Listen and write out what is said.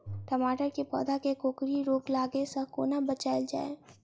टमाटर केँ पौधा केँ कोकरी रोग लागै सऽ कोना बचाएल जाएँ?